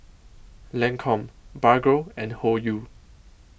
Lancome Bargo and Hoyu